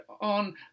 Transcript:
on